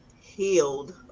healed